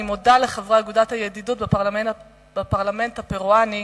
אני מודה לחברי אגודת הידידות בפרלמנט הפרואני,